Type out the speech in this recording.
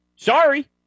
Sorry